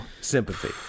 sympathy